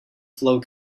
flow